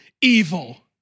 evil